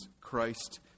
Christ